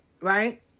right